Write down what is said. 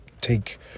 take